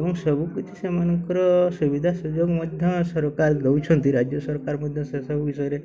ଏବଂ ସବୁକିଛି ସେମାନଙ୍କର ସୁବିଧା ସୁଯୋଗ ମଧ୍ୟ ସରକାର ଦେଉଛନ୍ତି ରାଜ୍ୟ ସରକାର ମଧ୍ୟ ସେ ସବୁ ବିଷୟରେ